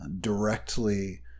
directly